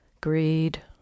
greed